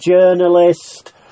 journalist